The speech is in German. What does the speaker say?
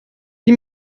die